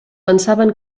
pensaven